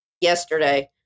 yesterday